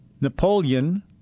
Napoleon